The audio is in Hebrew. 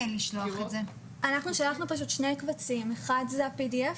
ולכן, הם נאסרו לשימוש בכל מדינות האיחוד האירופי,